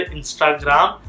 Instagram